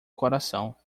coração